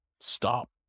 stop